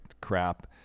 crap